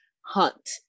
hunt